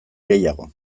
gehiago